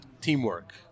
teamwork